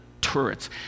turrets